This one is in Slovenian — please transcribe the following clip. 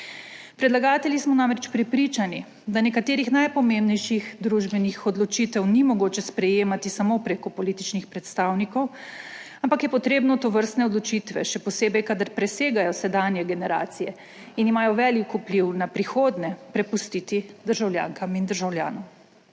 Predlagatelji smo namreč prepričani, da nekaterih najpomembnejših družbenih odločitev ni mogoče sprejemati samo preko političnih predstavnikov, ampak je potrebno tovrstne odločitve, še posebej kadar presegajo sedanje generacije in imajo velik vpliv na prihodnje, prepustiti državljankam in državljanom.